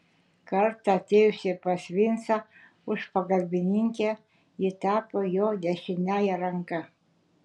kartą atėjusi pas vincą už pagalbininkę ji tapo jo dešiniąja ranka